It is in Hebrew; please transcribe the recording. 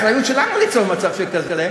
ואולי זאת אחריות שלנו ליצור מצב כזה,